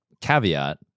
caveat